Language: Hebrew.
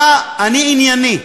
אני ענייני.